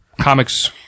comics